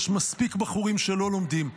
יש מספיק בחורים שלא לומדים.